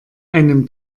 einem